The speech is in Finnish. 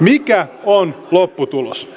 mikä on lopputulos